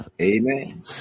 Amen